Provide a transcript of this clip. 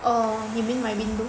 oh you mean my window